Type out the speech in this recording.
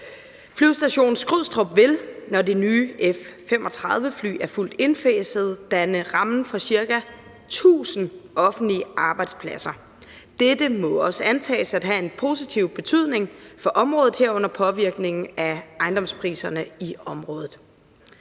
Flyvestation Skrydstrup vil, når de nye F-35-fly er fuldt indfasede, danne rammen om ca. 1.000 offentlige arbejdspladser. Dette må også antages at have en positiv betydning for området, herunder påvirkning af ejendomspriserne i området.